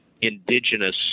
indigenous